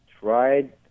tried